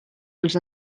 els